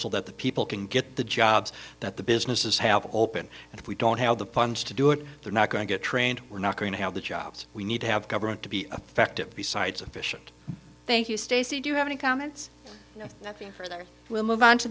so that the people can get the jobs that the businesses have open and if we don't have the funds to do it they're not going to get trained we're not going to have the jobs we need to have government to be affective besides efficient thank you stacy do you have any comments for that we'll move on to